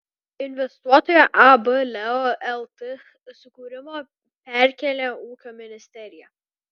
investuotojo ab leo lt sukūrimo perkėlė ūkio ministerija